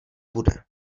bude